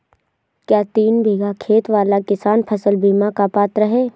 क्या तीन बीघा खेत वाला किसान फसल बीमा का पात्र हैं?